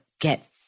get